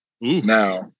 Now